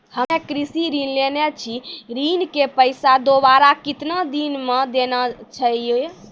हम्मे कृषि ऋण लेने छी ऋण के पैसा दोबारा कितना दिन मे देना छै यो?